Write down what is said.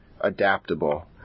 adaptable